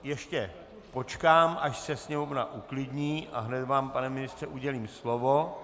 Ještě počkám, až se sněmovna uklidní, a hned vám, pane ministře, udělím slovo.